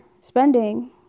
spending